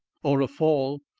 or a fall.